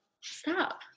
stop